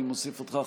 אני מוסיף אותך,